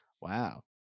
wow